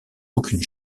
aucune